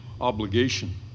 obligation